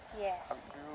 yes